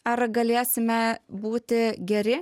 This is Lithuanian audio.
ar galėsime būti geri